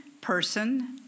person